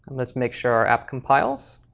let's make sure our app compiles.